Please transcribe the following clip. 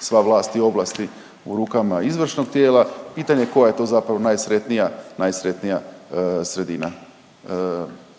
sva vlast i ovlasti u rukama izvršnog tijela. Pitanje je koja je to zapravo najsretnija sredina.